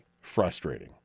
frustrating